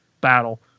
battle